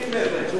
מסכים בהחלט.